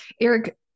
Eric